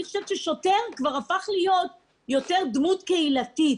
אני חושבת ששוטר כבר הפך להיות יותר דמות קהילתית.